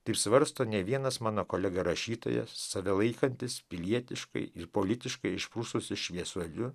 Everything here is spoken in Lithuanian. taip svarsto ne vienas mano kolega rašytojas save laikantis pilietiškai ir politiškai išprususi šviesuoliu